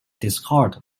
discarded